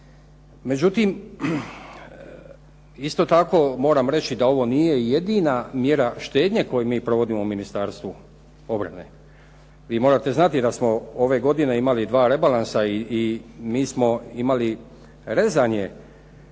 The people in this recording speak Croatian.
Međutim, isto tako moramo reći da ovo nije jedina mjera štednje koju mi provodimo u Ministarstvu obrane. Vi morate znati da smo ove godine imali dva rebalansa i mi smo imali rezanje